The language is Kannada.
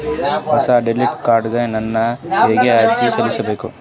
ಹೊಸ ಡೆಬಿಟ್ ಕಾರ್ಡ್ ಗ ನಾನು ಹೆಂಗ ಅರ್ಜಿ ಸಲ್ಲಿಸಬೇಕು?